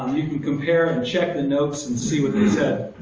you can compare and check the notes and see what they said.